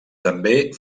també